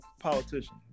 politician